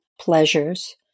pleasures